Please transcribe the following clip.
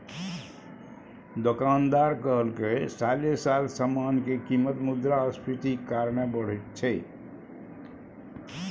दोकानदार कहलकै साले साल समान के कीमत मुद्रास्फीतिक कारणे बढ़ैत छै